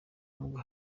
n’ubwo